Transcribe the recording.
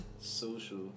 social